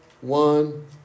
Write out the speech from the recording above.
one